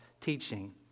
teaching